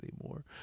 anymore